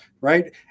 right